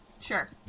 sure